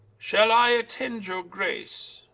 shall i attend your grace?